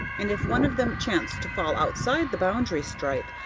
and if one of them chanced to fall outside the boundary stripe,